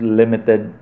limited